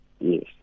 Yes